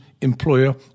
employer